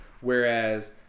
Whereas